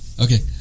Okay